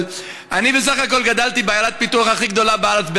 אבל אני בסך הכול גדלתי בעיירת הפיתוח הכי גדולה בארץ,